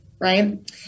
right